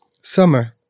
Summer